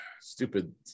stupid